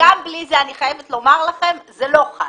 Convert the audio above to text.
בלי זה אני חייבת לומר לכם זה לא חל.